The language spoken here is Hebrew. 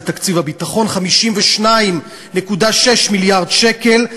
זה תקציב הביטחון: 52.6 מיליארד שקל,